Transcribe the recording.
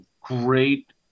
Great